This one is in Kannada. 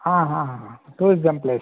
ಹಾಂ ಹಾಂ ಹಾಂ ಟೂರಿಸಂ ಪ್ಲೇಸ್